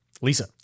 Lisa